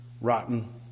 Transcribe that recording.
rotten